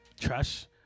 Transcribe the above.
trash